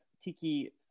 tiki